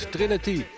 Trinity